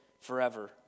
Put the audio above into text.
Forever